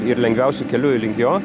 ir lengviausiu keliu link jo